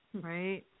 Right